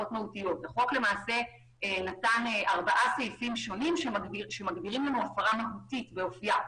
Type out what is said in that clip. החוק נתן ארבעה סעיפים שונים שמגדירים לנו הפרה מהותית באופייה.